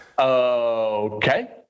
okay